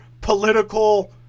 political